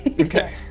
Okay